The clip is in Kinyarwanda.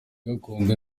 gakondo